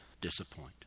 disappoint